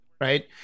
right